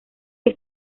que